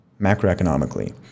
macroeconomically